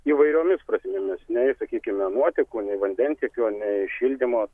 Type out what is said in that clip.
įvairiomis prasmėmis nei sakykime nuotekų nei vandentiekio nei šildymo